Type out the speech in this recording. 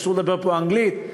אסור לדבר פה אנגלית,